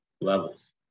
levels